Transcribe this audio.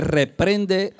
reprende